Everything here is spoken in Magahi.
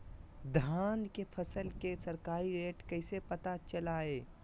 धान के फसल के सरकारी रेट कैसे पता चलताय?